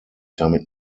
damit